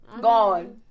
Gone